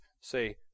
say